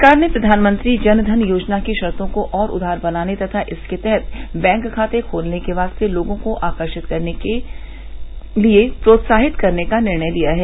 सरकार ने प्रधानमंत्री जन धन योजना की शर्तों को और उदार बनाने तथा इसके तहत बैंक खाते खोलने के वास्ते लोगों को आकर्षित करने के लिए प्रोत्साहित करने का निर्णय लिया है